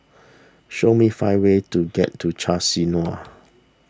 show me five ways to get to Chisinau